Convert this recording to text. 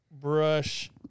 brush